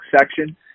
section